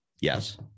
Yes